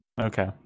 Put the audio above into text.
Okay